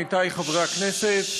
עמיתי חברי הכנסת,